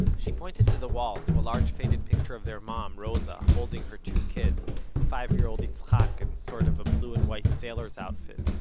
she pointed to the wall, to a large faded picture of their mom, roza, holding her two kids, five-year-old yitzhak, in and sort of a blue-and-white sailor's outfit,